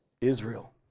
Israel